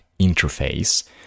Interface